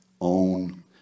own